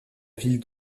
ville